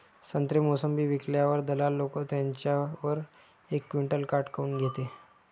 संत्रे, मोसंबी विकल्यावर दलाल लोकं त्याच्यावर एक क्विंटल काट काऊन घेते?